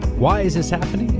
why is this happening?